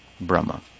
Brahma